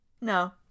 No